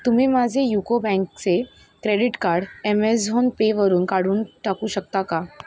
तुम्ही माझे युको बँकचे क्रेडीट कार्ड ॲमेझॉन पेवरून काढून टाकू शकता का